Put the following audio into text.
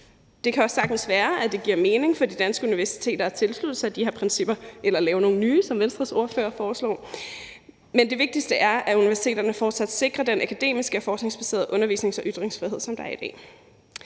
Det kan også sagtens være, at det giver mening for de danske universiteter at tilslutte sig de her principper eller at lave nogle nye, som Venstres ordfører foreslog, men det vigtigste er, at universiteterne fortsat sikrer den akademiske og forskningsbaserede undervisnings- og ytringsfrihed, der er i dag.